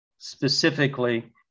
specifically